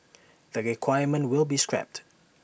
the requirement will be scrapped